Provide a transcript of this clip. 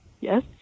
yes